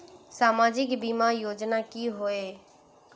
सामाजिक बीमा योजना की होय?